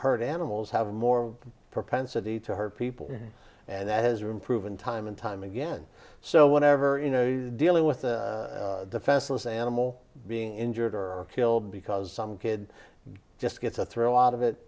hurt animals have more propensity to hurt people and that has room proven time and time again so whatever you know dealing with the festivus animal being injured or killed because some kid just gets a thrill out of it